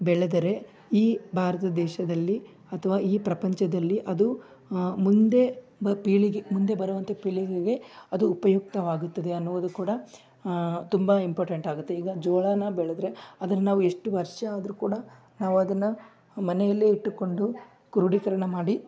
ಬೆಳೆದರೆ ಈ ಭಾರತ ದೇಶದಲ್ಲಿ ಅಥ್ವಾ ಈ ಪ್ರಪಂಚದಲ್ಲಿ ಅದು ಮುಂದೆ ಬ ಪೀಳಿಗೆ ಮುಂದೆ ಬರುವಂಥ ಪೀಳಿಗೆಗೆ ಅದು ಉಪಯುಕ್ತವಾಗುತ್ತದೆ ಅನ್ನುವುದು ಕೂಡ ತುಂಬ ಇಂಪಾರ್ಟೆಂಟ್ ಆಗುತ್ತೆ ಈಗ ಜೋಳಾನ ಬೆಳೆದರೆ ಅದನ್ನು ನಾವು ಎಷ್ಟು ವರ್ಷ ಆದರೂ ಕೂಡ ನಾವು ಅದನ್ನು ಮನೆಯಲ್ಲೇ ಇಟ್ಟುಕೊಂಡು ಕ್ರೋಢೀಕರಣ ಮಾಡಿ